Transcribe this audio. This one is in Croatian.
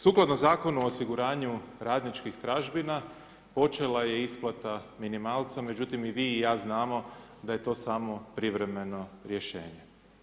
Sukladno Zakonu u osiguranju radničkih tražbina počela je isplata minimalca, međutim i vi i ja znamo da je to samo privremeno rješenje.